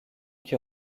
qui